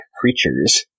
creatures